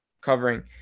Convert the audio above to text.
covering